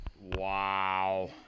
Wow